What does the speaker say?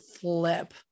flip